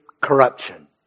corruption